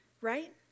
Right